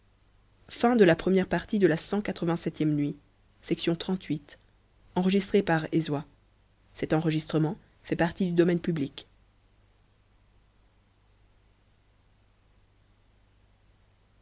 conte la nuit